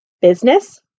business